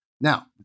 Now